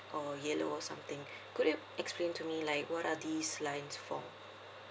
or yellow or something could you explain to me like what are these lines for